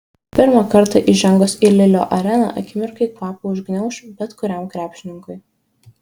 pirmą kartą įžengus į lilio areną akimirkai kvapą užgniauš bet kuriam krepšininkui